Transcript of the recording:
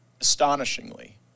Astonishingly